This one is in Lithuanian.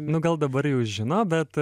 nu gal dabar jau žino bet